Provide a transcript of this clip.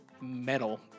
metal